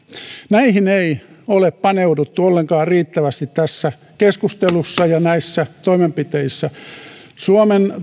näihin ei ole paneuduttu ollenkaan riittävästi tässä keskustelussa ja näissä toimenpiteissä suomen